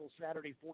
Saturday